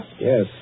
Yes